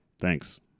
thanks